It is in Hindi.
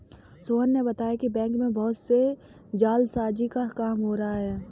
सोहन ने बताया कि बैंक में बहुत से जालसाजी का काम हो रहा है